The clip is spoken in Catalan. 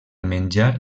menjar